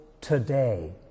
today